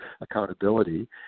accountability